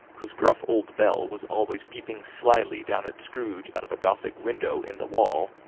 whose gruff old bell was always peeping slily down at scrooge out of a gothic window in the wall,